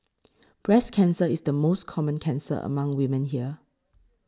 breast cancer is the most common cancer among women here